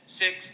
six